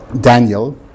Daniel